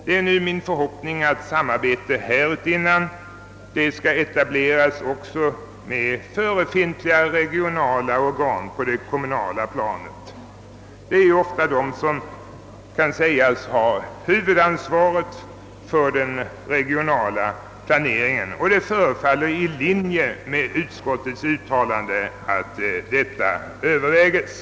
Det är nu vår förhoppning att samarbete härutinnan skall etableras också med förefintliga regionala organ på det kommunala planet. Det är ofta dessa organ som i verkligheten har huvudansvaret för den regionala planeringen och det förefaller vara i linje med utskottets uttalande att en sådan ordning överväges.